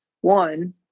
one